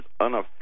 unofficial